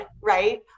right